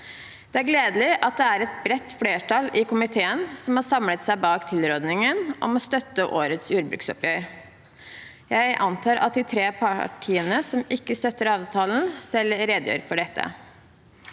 Det er gledelig at det er et bredt flertall i komiteen som har samlet seg bak tilrådingen om å støtte årets jordbruksoppgjør. Jeg antar at de tre partiene som ikke støtter avtalen, selv redegjør for dette.